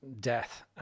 death